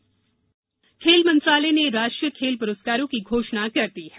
खेल पुरस्कार खेल मंत्रालय ने कल राष्ट्रीय खेल पुरस्कारों की घोषणा कर दी है